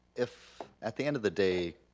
if at the end of the day,